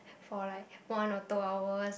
for like one or two hour